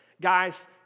guys